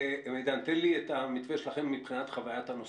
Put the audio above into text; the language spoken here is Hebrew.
מידן, תן לי את המתווה שלכם מבחינת חוויית הנוסע.